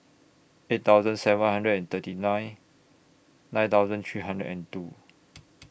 eight thousand seven hundred and thirty nine nine thousand three hundred and two